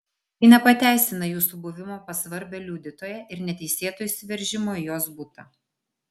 tai nepateisina jūsų buvimo pas svarbią liudytoją ir neteisėto įsiveržimo į jos butą